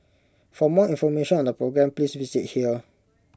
for more information on the programme please visit here